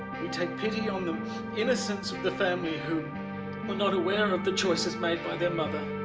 we take pity on the innocents of the family who were not aware of the choices made by their mother.